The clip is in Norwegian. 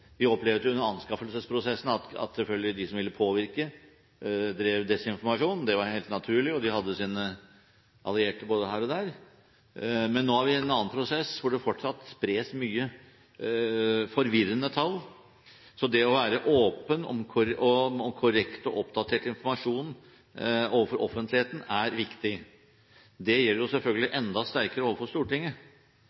Vi opplevde under anskaffelsesprosessen at de som ville påvirke, drev desinformasjon – det var helt naturlig, og de hadde sine allierte både her og der. Men nå har vi en annen prosess, hvor det fortsatt spres mange forvirrende tall. Så det å være åpen og ha korrekt og oppdatert informasjon overfor offentligheten er viktig. Det gjelder selvfølgelig